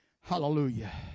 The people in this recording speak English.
hallelujah